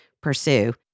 pursue